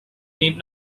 need